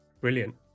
Brilliant